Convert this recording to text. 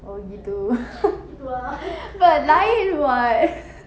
oh gitu but lain [what]